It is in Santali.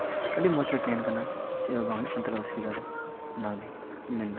ᱟᱹᱰᱤ ᱢᱚᱡᱽᱞᱮ ᱛᱟᱦᱮᱱ ᱠᱟᱱᱟ ᱪᱮᱫ ᱦᱚᱸ ᱵᱟᱝ ᱦᱩᱭᱩᱜ ᱠᱟᱱ ᱛᱟᱞᱮᱭᱟ ᱚᱥᱩᱵᱤᱫᱟ ᱫᱚ ᱚᱱᱟᱜᱮ ᱢᱮᱱ ᱫᱚ